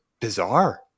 bizarre